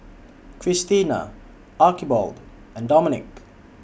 Krystina Archibald and Domenic